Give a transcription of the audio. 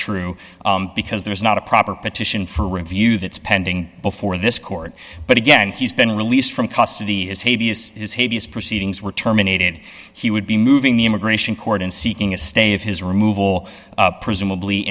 true because there is not a proper petition for review that's pending before this court but again he's been released from custody as he proceedings were terminated he would be moving the immigration court and seeking a stay of his removal presumably